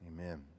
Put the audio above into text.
Amen